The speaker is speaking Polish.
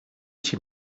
cię